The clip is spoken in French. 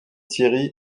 thierry